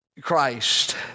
Christ